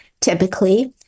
Typically